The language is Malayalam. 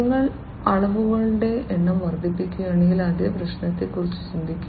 നിങ്ങൾ അളവുകളുടെ എണ്ണം വർദ്ധിപ്പിക്കുകയാണെങ്കിൽ അതേ പ്രശ്നത്തെക്കുറിച്ച് ചിന്തിക്കുക